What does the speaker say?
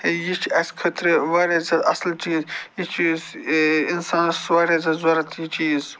یہِ چھِ اَسہِ خٲطرٕ واریاہ زیادٕ اصٕل چیٖز یہِ چیٖز اِنسانَس واریاہ زیادٕ ضوٚرتھ یہِ چیٖز